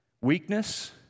Weakness